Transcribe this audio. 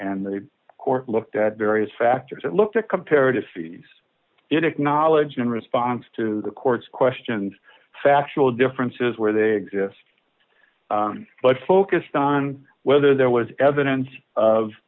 and the court looked at various factors and looked at comparative fees it acknowledged in response to the court's questions factual differences where they exist but focused on whether there was evidence of